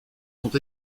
sont